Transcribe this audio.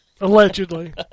Allegedly